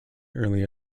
early